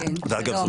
אגב,